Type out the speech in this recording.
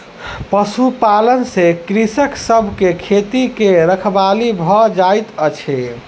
पशुपालन से कृषक सभ के खेती के रखवाली भ जाइत अछि